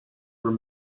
were